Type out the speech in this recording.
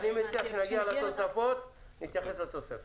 אני מציע שכשנגיע לתוספות נתייחס לתוספות.